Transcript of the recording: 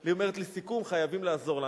היא אומרת לסיכום שחייבים לעזור לה.